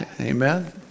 Amen